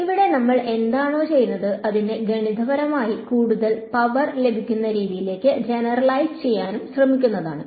ഇവിടെ നമ്മൾ എന്താണോ ചെയ്യുന്നത് അതിനെ ഗണിതപരമായി കൂടുതൽ പവർ ലഭിക്കുന്ന രീതിയിൽ ജനറലൈസ് ചെയ്യാനും ശ്രമിക്കുന്നതാണ്